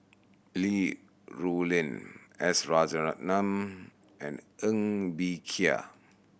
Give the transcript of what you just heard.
Li Rulin S Rajaratnam and Ng Bee Kia